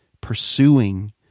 pursuing